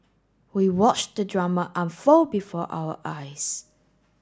we watched the drama unfold before our eyes